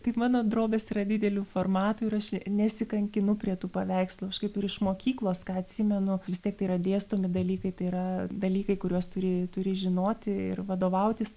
taip mano drobės yra didelių formatų ir aš nesikankinu prie tų paveikslų aš kaip ir iš mokyklos ką atsimenu vis tiek tai yra dėstomi dalykai tai yra dalykai kuriuos turi turi žinoti ir vadovautis